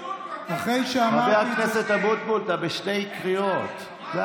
ההתנצלות יותר קשה מהמעשה.